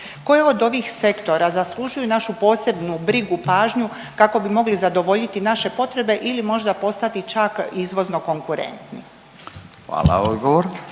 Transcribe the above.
Koje od ovih sektora zaslužuju našu posebnu brigu, pažnju kako bi mogli zadovoljiti naše potrebe ili možda postati čak izvozno konkurentni? **Radin,